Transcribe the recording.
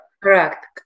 Correct